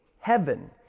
heaven